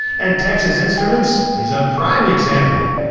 and texas instruments is a prime example.